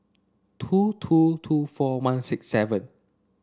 two two two four one six seven